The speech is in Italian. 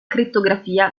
crittografia